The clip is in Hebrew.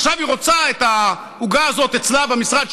ועכשיו היא רוצה את העוגה הזאת אצלה במשרד,